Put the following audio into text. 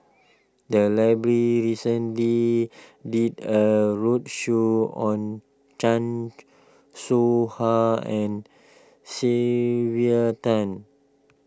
the library recently did a roadshow on Chan Soh Ha and Sylvia Tan